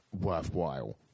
worthwhile